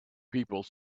people